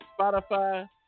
Spotify